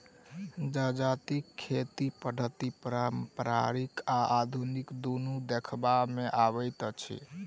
जजातिक खेती पद्धति पारंपरिक आ आधुनिक दुनू देखबा मे अबैत अछि